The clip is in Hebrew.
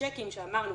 הצ'קים שאמרנו,